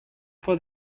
for